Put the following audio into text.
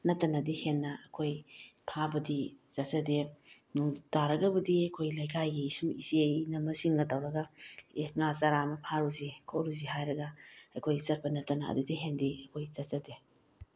ꯅꯠꯇꯅꯗꯤ ꯍꯦꯟꯅ ꯑꯩꯈꯣꯏ ꯐꯕꯗꯤ ꯆꯠꯆꯗꯦ ꯅꯣꯡ ꯇꯥꯔꯒꯕꯨꯗꯤ ꯑꯩꯈꯣꯏ ꯂꯩꯀꯥꯏꯒꯤ ꯏꯆꯦ ꯏꯅꯝꯃ ꯁꯤꯡꯒ ꯇꯧꯔꯒ ꯑꯦ ꯉꯥ ꯆꯔ ꯑꯃ ꯐꯥꯔꯨꯁꯤ ꯈꯣꯠꯂꯨꯁꯤ ꯍꯥꯏꯔꯒ ꯑꯩꯈꯣꯏ ꯆꯠꯄ ꯅꯠꯇꯅ ꯑꯗꯨꯗꯒꯤ ꯍꯦꯟꯅꯗꯤ ꯑꯩꯈꯣꯏ ꯆꯠꯆꯗꯦ